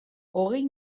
hogei